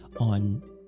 on